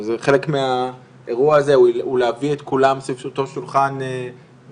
זה חלק מהאירוע הזה הוא להביא את כולם סביב אותו שולחן ולדבר,